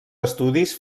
estudis